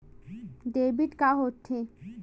Debit का होथे?